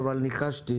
אני רוצה